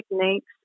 techniques